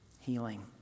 Healing